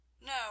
No